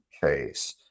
case